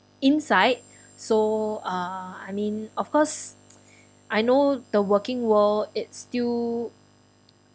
inside so uh I mean of course I know the working world it's still